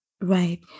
Right